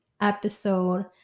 episode